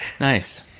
Nice